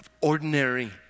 ordinary